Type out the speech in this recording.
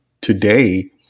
today